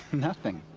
nothing!